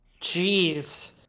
Jeez